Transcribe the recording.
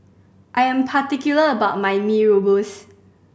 I am particular about my Mee Rebus